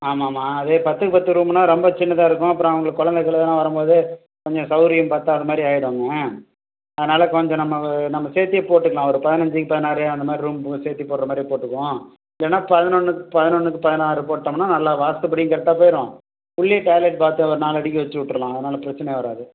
ஆமாம்மா அது பத்துக்கு பத்து ரூம்னா ரொம்ப சின்னதாக இருக்கும் அப்புறம் அவங்களுக்கு குழந்த கிழந்தலாம் வரம்போது கொஞ்சம் சௌரியம் பத்தாதமாதிரி ஆயிருங்க அதனால் கொஞ்சம் நம்ம நம்ம சேர்த்தே போட்டுக்கலாம் ஒரு பதினஞ்சுக்கு பதினாறு அந்தமாதிரி ரூம்பு சேர்த்தே போட்றமாதிரி போட்டுக்குவோம் இல்லைனா பதினொன்றுக்கு பதினொன்றுக்கு பதினாறு போட்டோம்னா நல்லா வாஸ்துபடியும் கரெக்டாக போயிரும் உள்ளேயும் டாய்லெட் பாத்ரூம் நால் அடிக்கு வச்சு விட்ருலாம் அதனால் பிரச்சனை வராது